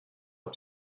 auf